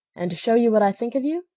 and to show you what i think of you,